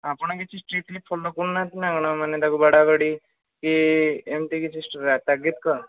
ଆପଣ କିଛି strictly follow କରୁନାହାନ୍ତି ନା କ'ଣ ମାନେ ତାକୁ ବାଡ଼ାବାଡ଼ି କି ଏମିତି କିଛି ତାଗିଦ୍ କ'ଣ